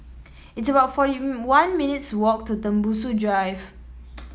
it's about forty one minutes' walk to Tembusu Drive